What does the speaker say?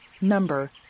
number